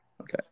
Okay